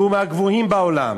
מהגבוהים בעולם.